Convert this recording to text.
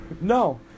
No